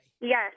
yes